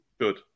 Good